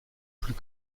plus